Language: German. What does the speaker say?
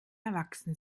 erwachsen